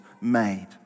made